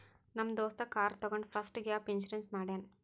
ನಮ್ ದೋಸ್ತ ಕಾರ್ ತಗೊಂಡ್ ಫಸ್ಟ್ ಗ್ಯಾಪ್ ಇನ್ಸೂರೆನ್ಸ್ ಮಾಡ್ಯಾನ್